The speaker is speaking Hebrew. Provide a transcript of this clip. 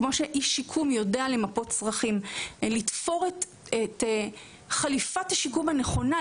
כמו שאיש שיקום יודע למפות צרכים ולתפור את חליפת השיקום הנכונה,